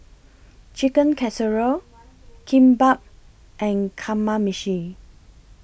Chicken Casserole Kimbap and Kamameshi